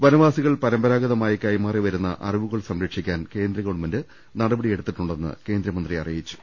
വനവാ സികൾ പരമ്പരാഗതമായി കൈമാറിവരുന്ന അറിവുകൾ സംരക്ഷിക്കാൻ കേന്ദ്ര ഗവൺമെന്റ് നടപടിയെടുത്തിട്ടുണ്ടെന്ന് കേന്ദ്രമന്ത്രി അറിയിച്ചു